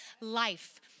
life